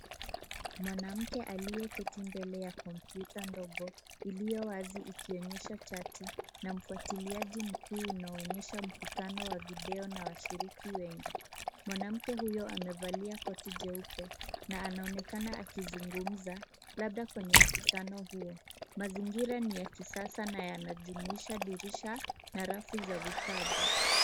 Mwanamke aliyeketi mbele ya kompyuta ndogo iliyo wazi ikionyesha chati na mfuatiliaji mkuu unaoonyesha mkutano wa video na washiriki wengi. Mwanamke huyo amevalia koti jeupe na anaonekana akizungumza labda kwenye mkutano huo. Mazingira ni ya kisasa na yanajumuisha dirisha na rafu za vitabu.